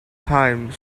thyme